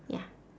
ya